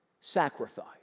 sacrifice